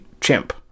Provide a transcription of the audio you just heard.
chimp